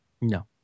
No